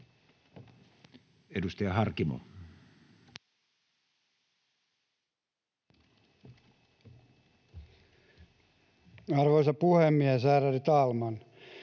Arvoisa puhemies, ärade talman!